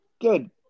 good